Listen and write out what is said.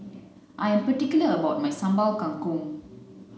I am particular about my Sambal Kangkong